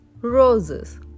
roses